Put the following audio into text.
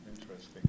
interesting